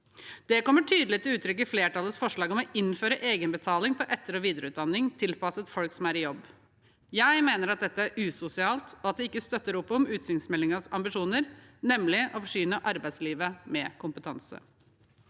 Det kommer tydelig til uttrykk i flertallets forslag om å innføre egenbetaling på etter- og videreutdanning tilpasset folk som er i jobb. Jeg mener at dette er usosialt, og at det ikke støtter opp om utsynsmeldingens ambisjoner, nemlig å forsyne arbeidslivet med kompetanse.